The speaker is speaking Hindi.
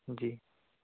जी